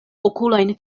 okulojn